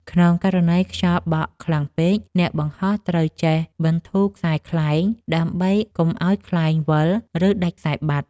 ក្នុងករណីខ្យល់បក់ខ្លាំងពេក អ្នកបង្ហោះត្រូវចេះបន្ធូរខ្សែខ្លែង ដើម្បីកុំឱ្យខ្លែងវិល ឬដាច់ខ្សែបាត់។